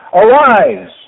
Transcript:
arise